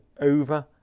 over